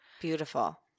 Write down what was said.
Beautiful